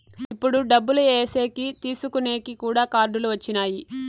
ఇప్పుడు డబ్బులు ఏసేకి తీసుకునేకి కూడా కార్డులు వచ్చినాయి